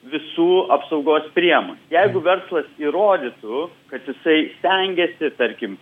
visų apsaugos priemonių jeigu verslas įrodytų kad jisai stengėsi tarkim